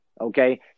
okay